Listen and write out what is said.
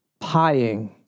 pieing